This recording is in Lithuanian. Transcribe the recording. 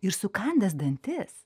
ir sukandęs dantis